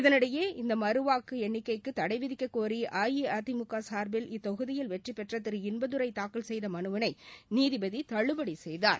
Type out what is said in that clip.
இதனிடையே இந்த மறுவாக்கு எண்ணிக்கைக்கு தடை விதிக்க கோரி அஇஅதிமுக சார்பில் இத்தொகுதியில் வெற்றிபெற்ற திரு இன்பதுரை தாக்கல் செய்த மனுவினை நீதிபதி தள்ளுபடி செய்தார்